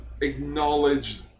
acknowledge